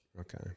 Okay